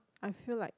I feel like